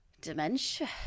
dementia